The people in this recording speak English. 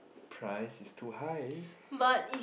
price is too high